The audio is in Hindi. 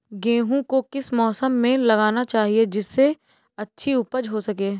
गेहूँ को किस मौसम में लगाना चाहिए जिससे अच्छी उपज हो सके?